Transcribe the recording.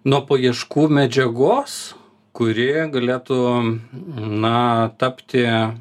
nuo paieškų medžiagos kuri galėtų na tapti